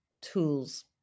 tools